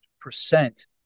percent